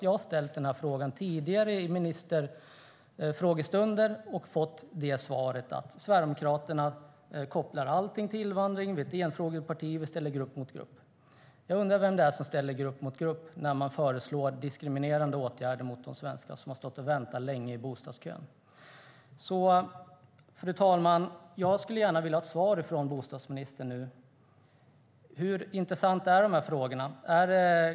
Jag har ställt frågan tidigare i frågestunder och fått svaret att Sverigedemokraterna kopplar allting till invandring, att vi är ett enfrågeparti och att vi ställer grupp mot grupp. Jag undrar vem det är som ställer grupp mot grupp när man föreslår diskriminerande åtgärder mot de svenskar som har stått och väntat länge i bostadskön. Fru talman! Jag skulle nu gärna vilja ha ett svar från bostadsministern. Hur intressanta är de här frågorna?